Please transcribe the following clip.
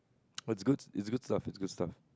but it's good it's good stuff it's good stuff